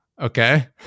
okay